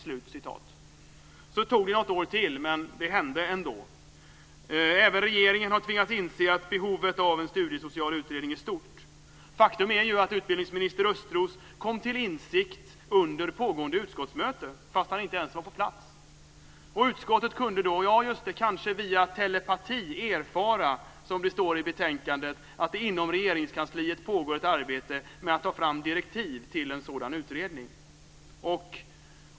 Sedan tog det något år till, men det hände ändå. Även regeringen har tvingats inse att behovet av en studiesocial utredning är stort. Faktum är att utbildningsminister Östros kom till insikt under pågående utskottsmöte, fast han inte ens var på plats. Utskottet kunde då, kanske via telepati, "erfara", som det står i betänkandet, att det inom Regeringskansliet pågår ett arbete med att ta fram direktiv till en sådan utredning.